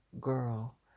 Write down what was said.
girl